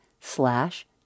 slash